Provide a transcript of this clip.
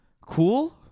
cool